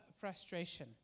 frustration